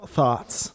thoughts